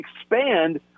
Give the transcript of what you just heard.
expand